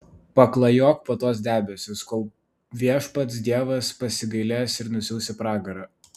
paklajok po tuos debesis kol viešpats dievas pasigailės ir nusiųs į pragarą